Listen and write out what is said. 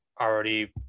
already